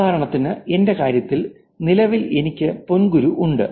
ഉദാഹരണത്തിന് എന്റെ കാര്യത്തിൽ നിലവിൽ എനിക്ക് പൊൻങ്കുരു ഉണ്ട്